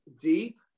deep